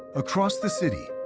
across the city,